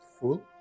Full